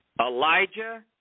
Elijah